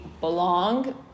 belong